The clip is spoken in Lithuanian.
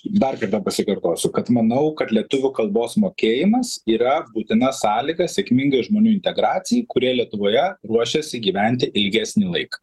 dar kartą pasikartosiu kad manau kad lietuvių kalbos mokėjimas yra būtina sąlyga sėkmingai žmonių integracijai kurie lietuvoje ruošiasi gyventi ilgesnį laiką